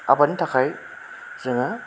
आबादनि थाखाय जोङो